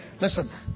Listen